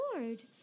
lord